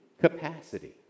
capacity